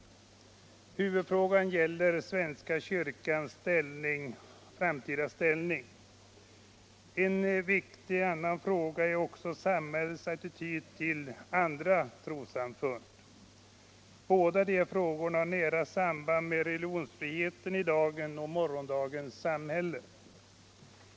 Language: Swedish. Huvudfrågan gäller svenska kyrkans framtida ställning. En annan viktig fråga är samhällets attityd till andra trossamfund. Båda de här frågorna har nära samband med religionsfriheten i dagens och morgondagens samhälle.